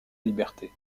liberté